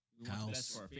House